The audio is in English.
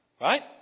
right